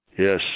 yes